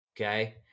Okay